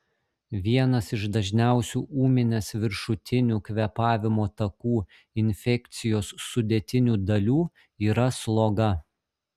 vienas iš dažniausių ūminės viršutinių kvėpavimo takų infekcijos sudėtinių dalių yra sloga